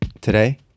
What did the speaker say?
Today